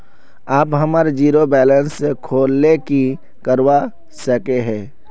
आप हमार zero balance खोल ले की करवा सके है?